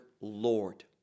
Lord